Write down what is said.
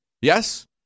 Yes